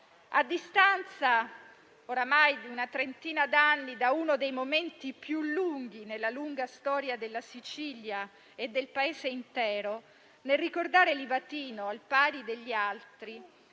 A distanza ormai di una trentina d'anni da uno dei momenti più lunghi, nella lunga storia della Sicilia e del Paese intero, nel ricordare Livatino, al pari degli altri,